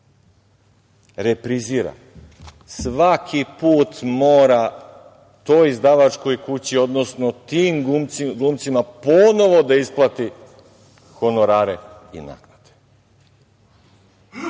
reprizira, svaki put mora toj izdavačkoj kući, odnosno tim glumcima ponovo da isplati honorare i naknade.